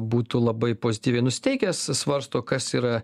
būtų labai pozityviai nusiteikęs svarsto kas yra